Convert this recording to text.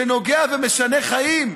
שנוגע ומשנה חיים.